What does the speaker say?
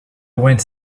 went